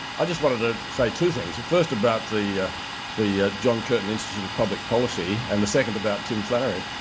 i just wanted to say two things, the first about the the john curtin institute of public policy and the second about tim flannery.